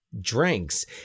drinks